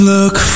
Look